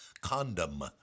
condom